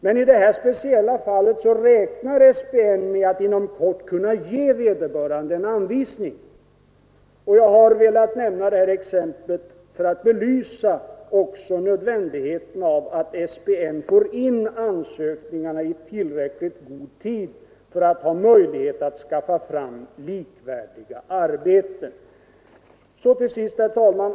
Men även i det här speciella fallet räknar SPN med att inom kort kunna ge vederbörande en anvisning. Jag har nämnt de här exemplen också i syfte att belysa nödvändigheten av att SPN får in ansökningarna i tillräckligt god tid för att ha möjlighet att skaffa fram likvärdiga arbeten. Herr talman!